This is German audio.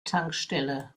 tankstelle